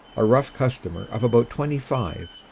a rough customer of about twenty five,